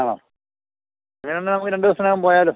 ആണോ അങ്ങനെ എന്നാൽ നമുക്ക് രണ്ടു ദിവസത്തിനകം പോയാലോ